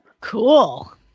Cool